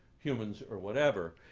humans, or whatever,